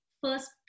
first